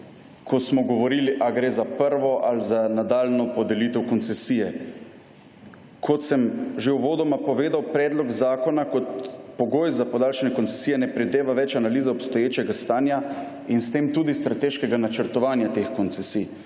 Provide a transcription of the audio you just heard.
ko smo govorili, ali gre za prvo ali za nadaljnjo podelitev koncesije. Kot sem že uvodoma povedal, predlog zakona kot pogoj za podaljšanje koncesije ne predvideva več analize obstoječega stanja in s tem tudi strateškega načrtovanja teh koncesij.